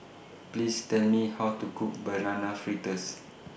Please Tell Me How to Cook Banana Fritters